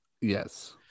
Yes